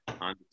on